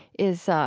is,